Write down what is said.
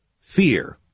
Fear